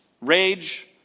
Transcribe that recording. Rage